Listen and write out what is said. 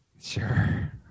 Sure